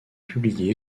publié